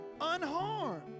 unharmed